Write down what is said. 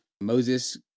Moses